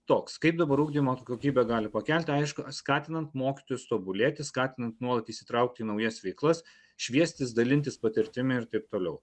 toks kaip dabar ugdymo kokybę gali pakelti aišku skatinant mokytojus tobulėti skatinant nuolat įsitraukti į naujas veiklas šviestis dalintis patirtimi ir taip toliau